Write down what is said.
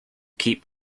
keep